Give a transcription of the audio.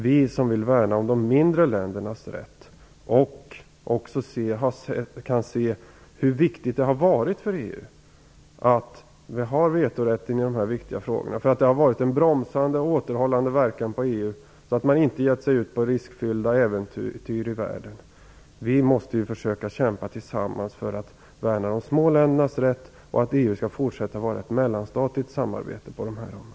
Vi vill värna om de mindre ländernas rätt har också sett hur viktigt det har varit för EU att det funnits vetorätt i dessa viktiga frågor. Det har haft en bromsande och återhållande verkan på EU så att man inte gett sig ut på riskfyllda äventyr i världen. Vi måste tillsammans försöka kämpa för att värna de små ländernas rätt och att EU skall fortsätta att vara ett mellanstatligt samarbete på dessa områden.